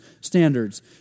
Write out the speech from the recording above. standards